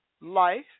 life